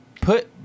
put